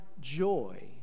joy